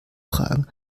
fragen